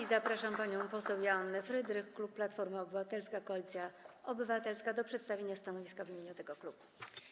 I zapraszam panią poseł Joannę Frydrych, klub Platforma Obywatelska - Koalicja Obywatelska, do przedstawienia stanowiska w imieniu tego klubu.